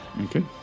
okay